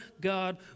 God